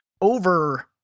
over